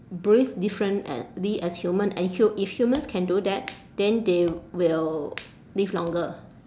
breathe different a~ ~ly as human and hu~ if humans can do that then they will live longer